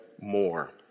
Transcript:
more